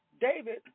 David